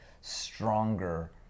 stronger